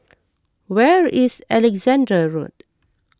where is Alexandra Road